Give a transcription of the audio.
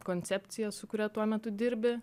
koncepcija su kuria tuo metu dirbi